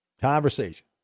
conversation